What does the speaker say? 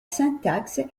syntaxe